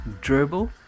Dribble